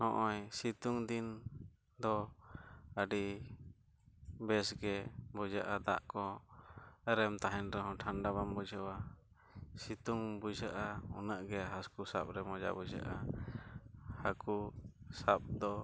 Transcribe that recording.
ᱱᱚᱜᱼᱚᱸᱭ ᱥᱤᱛᱩᱝ ᱫᱤᱱ ᱫᱚ ᱟᱹᱰᱤ ᱵᱮᱥ ᱜᱮ ᱵᱩᱡᱷᱟᱹᱜᱼᱟ ᱫᱟᱜ ᱠᱚ ᱟᱨᱮᱢ ᱛᱟᱦᱮᱸᱱ ᱨᱮᱦᱚᱸ ᱴᱷᱟᱱᱰᱟ ᱵᱟᱢ ᱵᱩᱡᱷᱟᱹᱣᱟ ᱥᱤᱛᱩᱝ ᱵᱩᱡᱷᱟᱹᱜᱼᱟ ᱩᱱᱟᱹᱜ ᱜᱮ ᱦᱟᱹᱠᱩ ᱥᱟᱵ ᱨᱮ ᱢᱚᱡᱟ ᱵᱩᱡᱷᱟᱹᱜᱼᱟ ᱦᱟᱹᱠᱩ ᱥᱟᱵ ᱫᱚ